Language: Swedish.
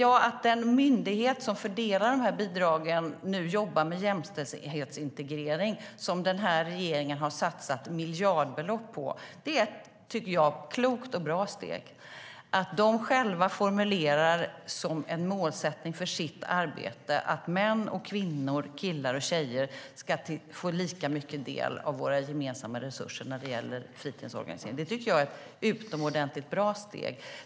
Ja, att den myndighet som fördelar bidragen nu jobbar med jämställdhetsintegrering, som den här regeringen har satsat miljardbelopp på, är ett klokt och bra steg. Att de själva formulerar som en målsättning för sitt arbete att män och kvinnor, killar och tjejer ska få lika stor del av våra gemensamma resurser när det gäller fritidsorganisering är ett utomordentligt bra steg.